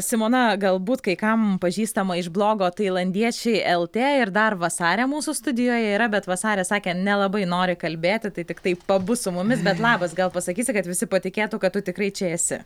simona galbūt kai kam pažįstama iš blogo tailandiečiai lt ir dar vasarė mūsų studijoje yra bet vasarė sakė nelabai nori kalbėti tai tiktai pabus su mumis bet labas gal pasakysi kad visi patikėtų kad tu tikrai čia esi